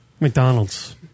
McDonald's